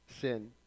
sin